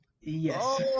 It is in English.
Yes